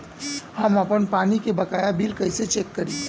हम आपन पानी के बकाया बिल कईसे चेक करी?